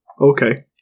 Okay